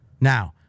Now